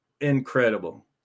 incredible